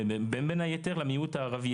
בין היתר למיעוט הערבי.